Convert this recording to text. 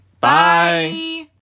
Bye